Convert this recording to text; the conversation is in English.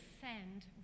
send